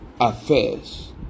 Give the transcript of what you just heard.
affairs